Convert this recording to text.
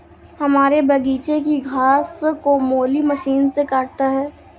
हमारे बगीचे की घास को माली मशीन से काटता है